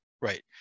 Right